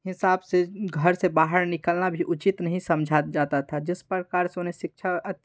हिसाब से घर से बाहर निकलना भी उचित नहीं समझा जाता था जिस प्रकार से उन्हें शिक्षा